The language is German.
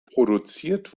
produziert